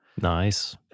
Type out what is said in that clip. Nice